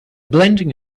blending